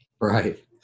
Right